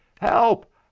Help